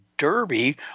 Derby